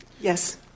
Yes